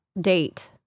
date